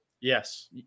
Yes